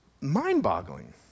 mind-boggling